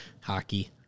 hockey